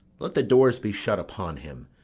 let the doors be shut upon him,